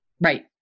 Right